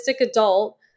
adult